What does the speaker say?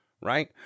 Right